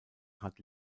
hat